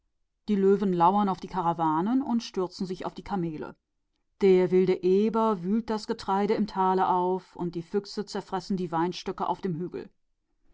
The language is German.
die löwen liegen und harren der karawanen und stürzen sich auf die kamele der wilde eber entwurzelt das korn im tal und die füchse benagen den wein auf den hügeln